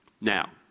Now